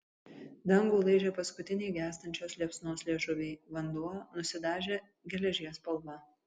dangų laižė paskutiniai gęstančios liepsnos liežuviai vanduo nusidažė geležies spalva